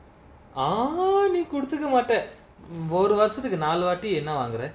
ah நீ குடுத்துக்க மாட்ட ஒரு வருசத்துகு நாலு வாட்டி என்ன வாங்குர:nee kuduthuka maata oru varusathuku naalu vaati enna vaangura